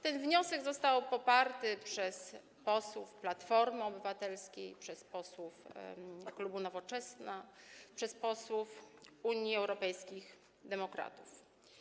Ten wniosek został poparty przez posłów Platformy Obywatelskiej, posłów klubu Nowoczesna i posłów Unii Europejskich Demokratów.